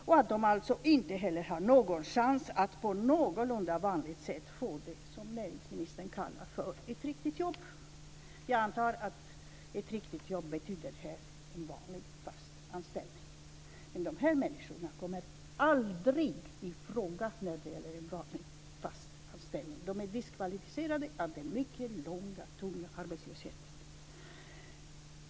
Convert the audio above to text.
De har alltså inte någon chans att på någorlunda vanligt sätt få det som näringsministern kallar för ett riktigt jobb. Jag antar att ett riktigt jobb här betyder en vanlig fast anställning. Men de här människorna kommer aldrig i fråga för en vanlig fast anställning. De är diskvalificerade av den mycket långa, tunga arbetslösheten.